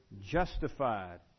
justified